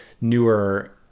newer